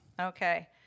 Okay